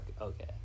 okay